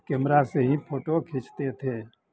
camera से ही photo खींचते थे